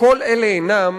כשכל אלה אינם,